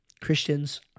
Christians